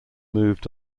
moved